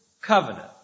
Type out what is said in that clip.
covenant